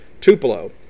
Tupelo